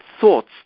thoughts